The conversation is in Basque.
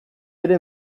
ere